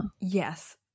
Yes